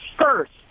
First